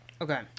Okay